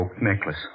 necklace